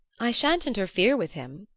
i sha'n't interfere with him,